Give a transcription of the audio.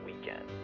weekend